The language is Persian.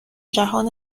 جهان